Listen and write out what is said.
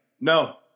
no